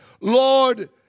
Lord